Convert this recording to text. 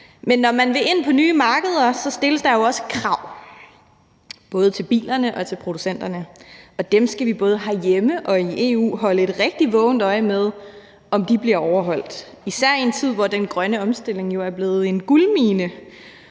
Men når man vil ind på nye markeder, stilles der jo også krav både til bilerne og til producenterne, og vi skal både herhjemme og i EU holde et rigtig vågent øje med, om de bliver overholdt, især i en tid, hvor den grønne omstilling jo er blevet en guldmine,